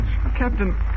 Captain